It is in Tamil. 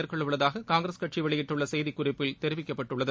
மேற்கொள்ள உள்ளதாக காங்கிரஸ் கட்சி வெளியிட்டுள்ள செய்திக்குறிப்பில் தெரிவிக்கப்பட்டுள்ளது